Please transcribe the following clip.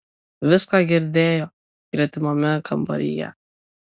viską girdėjo gretimame kambaryje